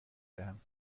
دهم